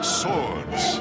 swords